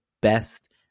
best